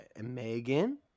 megan